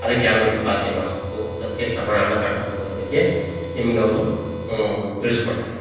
ಅದಕ್ಕೆ ಯಾವ ರೀತಿ ಪಾಲ್ಸಿ ಮಾಡ್ಸ್ಬೇಕು ಅದಕ್ಕೆ ಎಷ್ಟು ಹಣ ಕಟ್ಬೇಕು ಅನ್ನೋದ್ರ ಬಗ್ಗೆ ನಿಮ್ಗೆ ಅವರು ತಿಳ್ಸ್ಕೊಡ್ತಾರೆ